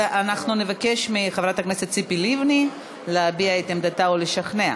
אז נבקש מחברת הכנסת ציפי לבני להביע את עמדתה ולשכנע.